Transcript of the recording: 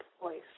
voice